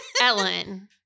Ellen